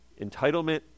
Entitlement